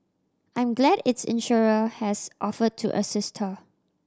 I'm glad its insurer has offer to assist her